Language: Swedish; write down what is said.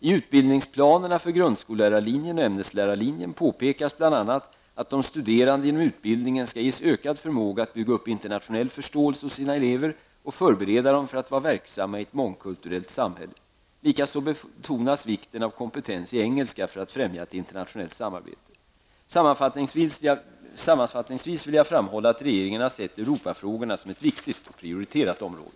I utbildningsplanerna för grundskollärarlinjen och ämneslärarlinjen påpekas bl.a. att de studerande genom utbildningen skall ges ökad förmåga att bygga upp internationell förståelse hos sina elever och förbereda dem för att vara verksamma i ett mångkulturellt samhälle. Likaså betonas vikten av kompetens i engelska för att främja ett internationellt samarbete. Sammanfattningsvis vill jag framhålla att regeringen har sett Europafrågorna som ett viktigt och prioriterat område.